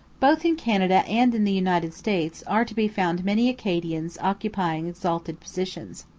both in canada and in the united states are to be found many acadians occupying exalted positions.